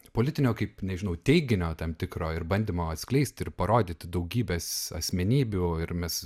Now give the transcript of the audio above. politinio kaip nežinau teiginio tam tikro ir bandymo atskleist ir parodyti daugybės asmenybių ir mes